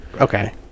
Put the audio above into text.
Okay